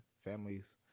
families